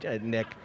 Nick